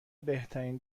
بهترین